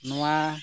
ᱱᱚᱣᱟ